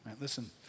Listen